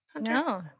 No